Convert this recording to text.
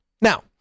Now